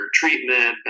treatment